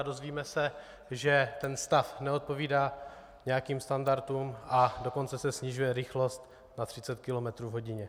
Dozvíme se, že ten stav neodpovídá nějakým standardům, a dokonce se snižuje rychlost na 30 kilometrů v hodině.